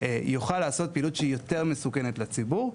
יוכל לעשות פעילות שהיא יותר סוכנת לציבור.